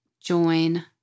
join